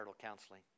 counseling